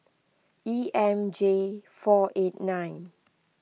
E M J four eight nine